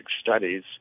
studies